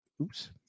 Oops